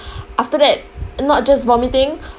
after that not just vomiting